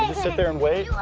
sit there and wave?